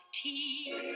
tea